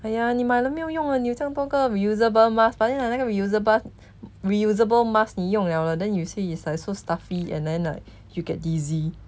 !aiya! 你买了没有用的你有这样多个:ni mai liaomei you yong de ni you zhe yang duo ge reusable mask but then like 那个 reusable reusable mask 你用了了 then you say it's like so stuffy and then like you get dizzy